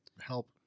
help